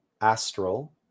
astral